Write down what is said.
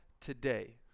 today